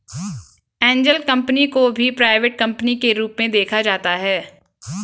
angel company को भी private company के रूप में देखा जाता है